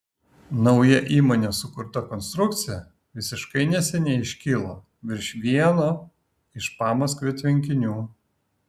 nauja įmonės sukurta konstrukcija visiškai neseniai iškilo virš vieno iš pamaskvio tvenkinių